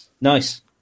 Nice